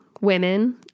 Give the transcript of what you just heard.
women